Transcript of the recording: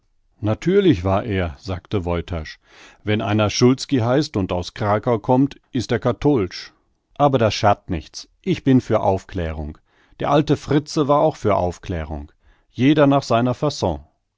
natürlich war er sagte woytasch wenn einer szulski heißt und aus krakau kommt ist er kattolsch aber das schad't nichts ich bin für aufklärung der alte fritze war auch für aufklärung jeder nach seiner faon